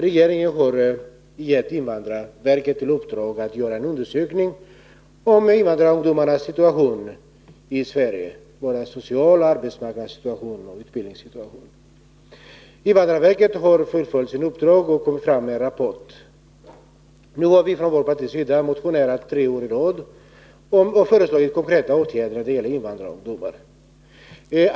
Regeringen har gett invandrarverket i uppdrag att göra en undersökning om invandrarungdomarnas situation i Sverige, när det gäller deras sociala situation, arbetsmarknadssituation och utbildningssituation. Invandrarverket har också fullföljt sitt uppdrag och lagt fram en rapport. Nu har vi från vårt partis sida motionerat tre år i rad och föreslagit konkreta åtgärder för invandrarungdomarna.